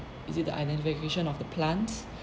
is it the identification of the plants